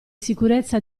sicurezza